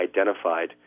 identified